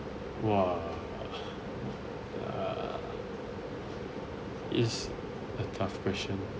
!wah! ah it's a tough question